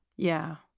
yeah.